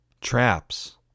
Traps